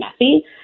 messy